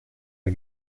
der